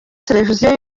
televiziyo